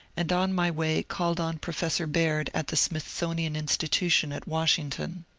and on my way called on professor baird at the smithsonian insti tution at washington.